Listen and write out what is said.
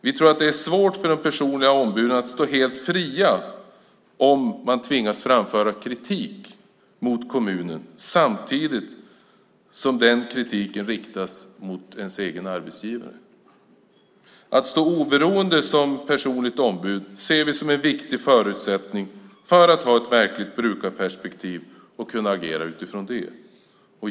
Vi tror att det är svårt för de personliga ombuden att stå helt fria om man tvingas framföra kritik mot kommunen samtidigt som kritiken riktas mot ens egen arbetsgivare. Att stå oberoende som personligt ombud ser vi som en viktig förutsättning för att ha ett verkligt brukarperspektiv och kunna agera utifrån det.